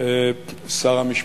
שר המשפטים.